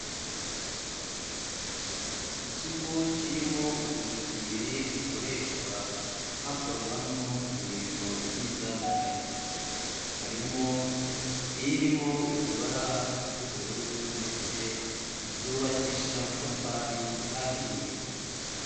Ikigo kirimo utuzu tubiri dukoreshwa hakorwamo imirimo igiye itandukanye, harimo irimo utubara tw'ubururu ndetse zubakishije amatafari ahiye.